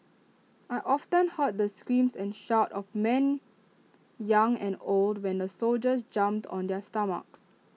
I often heard the screams and shouts of men young and old when the soldiers jumped on their stomachs